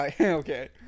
Okay